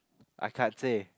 I can't say